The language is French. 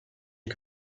n’y